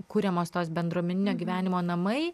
kuriamos tos bendruomeninio gyvenimo namai